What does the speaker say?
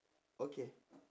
okay